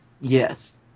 Yes